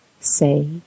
say